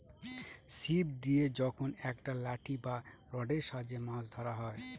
ছিপ দিয়ে যখন একটা লাঠি বা রডের সাহায্যে মাছ ধরা হয়